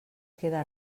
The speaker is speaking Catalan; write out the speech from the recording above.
queda